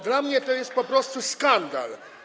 Dla mnie to jest po prostu skandal.